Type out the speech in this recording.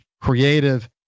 creative